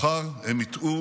מחר הם ייטעו